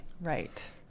Right